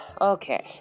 Okay